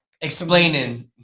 explaining